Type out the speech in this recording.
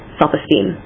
self-esteem